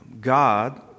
God